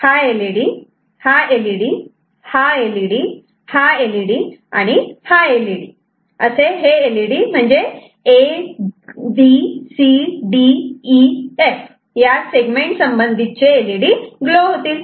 तर हा एलईडी हा एलईडी हा एलईडी हा एलईडी हा एलईडी हा एलईडी म्हणजे हे या a b c d e f या सेगमेंट संबंधितचे एलईडी ग्लो होतील